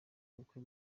ubukwe